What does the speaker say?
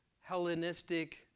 Hellenistic